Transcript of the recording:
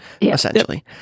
essentially